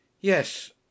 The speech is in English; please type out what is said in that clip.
Yes